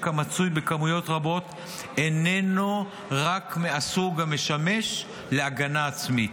המצוי בכמויות רבות איננו רק מהסוג המשמש להגנה עצמית.